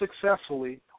successfully